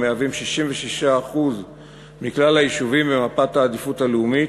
שהם 66% מכלל היישובים במפת העדיפות הלאומית,